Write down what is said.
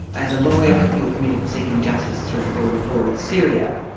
as a lawyer you are committed seeking justice through the rule of law, and syria,